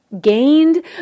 gained